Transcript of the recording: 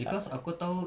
cause aku tahu